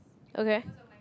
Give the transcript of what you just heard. okay